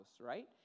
right